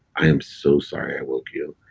i am so sorry i woke you.